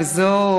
וזו,